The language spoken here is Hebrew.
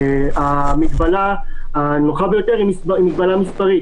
המגבלה הנוחה ביותר היא מגבלה מספרית,